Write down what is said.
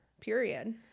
Period